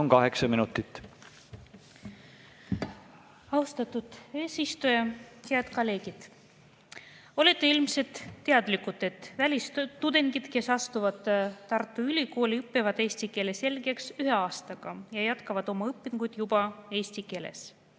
kaheksa minutit! Austatud eesistuja! Head kolleegid! Olete ilmselt teadlikud, et välistudengid, kes astuvad Tartu Ülikooli, õpivad eesti keele selgeks ühe aastaga ja jätkavad oma õpinguid juba eesti keeles.